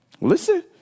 Listen